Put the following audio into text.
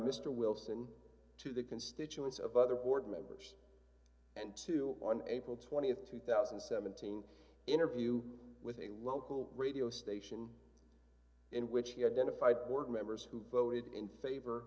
mr wilson to the constituents of other d board members and to on april th two thousand and seventeen interview with a local radio station in which he identified board members who voted in favor